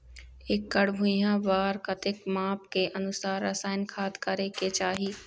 एकड़ भुइयां बार कतेक माप के अनुसार रसायन खाद करें के चाही?